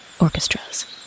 orchestras